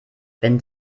wenn